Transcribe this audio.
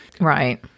Right